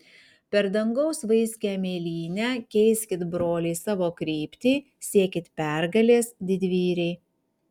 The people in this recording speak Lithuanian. per dangaus vaiskią mėlynę keiskit broliai savo kryptį siekit pergalės didvyriai